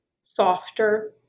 softer